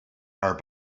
are